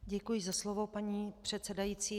Děkuji za slovo, paní předsedající.